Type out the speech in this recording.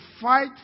fight